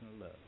love